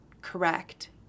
correct